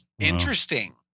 Interesting